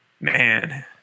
Man